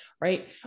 right